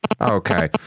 Okay